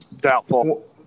Doubtful